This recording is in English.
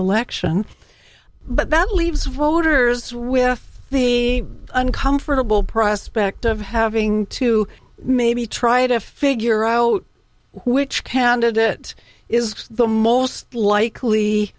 election but that leaves voters with the uncomfortable prospect of having to maybe try to figure out which candidate it is the most likely